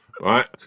Right